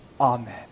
Amen